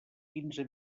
quinze